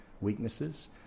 weaknesses